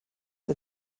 for